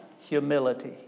humility